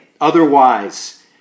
Otherwise